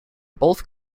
both